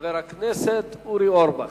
חבר הכנסת אורי אורבך.